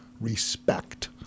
Respect